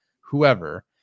whoever